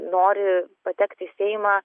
nori patekti į seimą